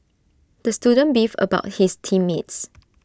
the student beefed about his team mates